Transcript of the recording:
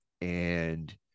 and-